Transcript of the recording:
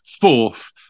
fourth